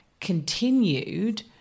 continued